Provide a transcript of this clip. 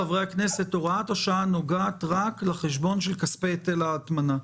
הוראת השעה נוגעת רק לחשבון של כספי היטל ההטמנה.